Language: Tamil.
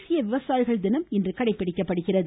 தேசிய விவசாயிகள் தினம் இன்று கடைப்பிடிக்கப்படுகிறது